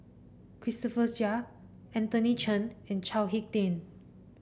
Christopher Chia Anthony Chen and Chao HicK Tin